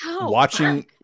watching